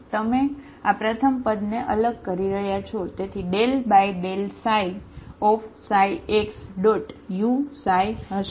આ તમે આ પ્રથમ પદને અલગ કરી રહ્યા છો જેથી તે ξx u હશે